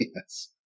Yes